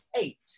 eight